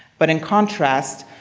but in contrast,